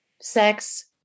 sex